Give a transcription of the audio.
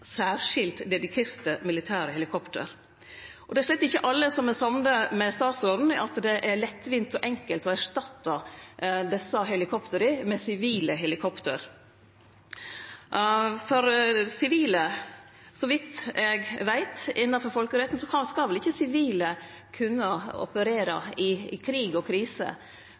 militære helikopter. Det er slett ikkje alle som er samde med statsråden i at det er lettvint og enkelt å erstatte desse helikoptera med sivile helikopter. Så vidt eg veit, etter folkeretten skal vel ikkje sivile kunne operere i krig og krise.